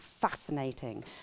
fascinating